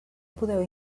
podeu